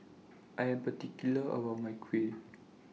I Am particular about My Kuih